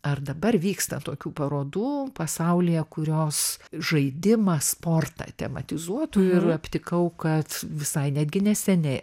ar dabar vyksta tokių parodų pasaulyje kurios žaidimą sportą tematizuotų ir aptikau kad visai netgi neseniai